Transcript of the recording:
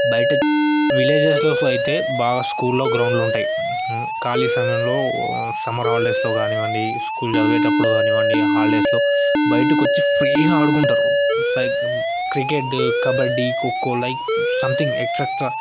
బయట విలేజేస్లో అయితే బాగా స్కూల్లో గ్రౌండ్లు ఉంటాయి ఖాళీ సమయంలో సమ్మర్ హాలిడేస్లో కానివ్వండి స్కూల్ చదివేటపుడు కానివ్వండి హాలిడేస్లో బయటకొచ్చి ఫ్రీగా ఆడుకుంటారు cricket kabaddi kho kho like something extra